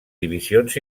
divisions